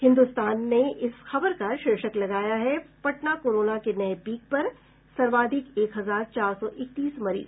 हिन्दुस्तान ने इस खबर का शीर्षक लगाया है पटना कोरोना के नये पीक पर सर्वाधिक एक हजार चार सौ इकतीस मरीज